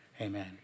amen